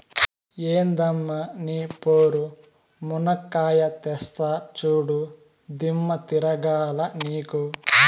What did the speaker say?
ఎందమ్మ నీ పోరు, మునక్కాయా తెస్తా చూడు, దిమ్మ తిరగాల నీకు